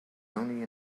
only